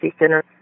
center